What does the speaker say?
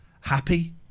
Happy